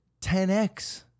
10x